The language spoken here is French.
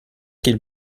qu’il